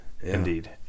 indeed